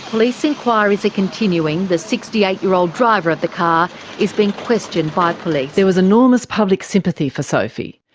police enquiries are continuing. the sixty eight year old driver of the car is being questioned by police. there was enormous public sympathy for sophie.